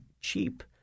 cheap